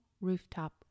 rooftop